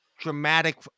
dramatic